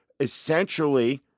Essentially